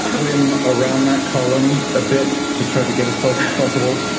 ah swim around that column a bit to try to get as close as possible,